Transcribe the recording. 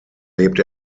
lebt